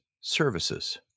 Services